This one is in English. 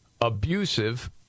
abusive